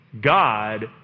God